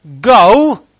go